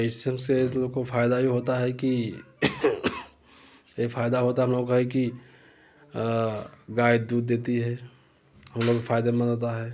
इससे उससे ऐसे लोग को फायदा भी होता है कि यही फायदा होता हम लोगाें का है कि गाय दूध देती है हम लोग के फायदेमंद होता है